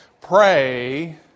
Pray